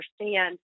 understand